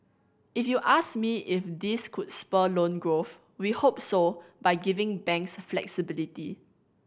if you ask me if this could spur loan growth we hope so by giving banks flexibility